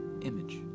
image